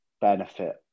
benefit